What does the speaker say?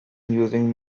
using